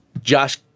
Josh